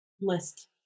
list